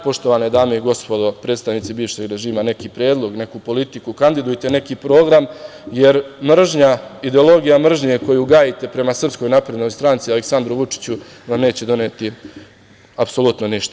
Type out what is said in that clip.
Poštovane dame i gospodo, predstavnici bivšeg režima dajte neki predlog, neku politiku, kandidujte neki program, jer ideologija mržnje koju gajite prema Sprskoj naprednoj stranci, Aleksandru Vučiću, vam neće doneti apsolutno ništa.